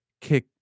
Kick